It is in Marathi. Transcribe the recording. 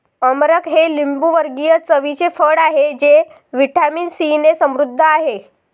अमरख हे लिंबूवर्गीय चवीचे फळ आहे जे व्हिटॅमिन सीने समृद्ध आहे